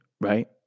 right